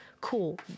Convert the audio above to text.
cool